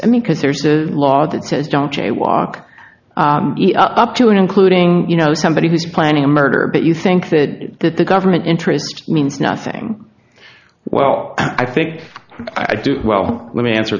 i mean because there's a law that says don't jaywalk up to and including you know somebody who's planning a murder but you think that that the government interest means nothing well i think i do well let me answer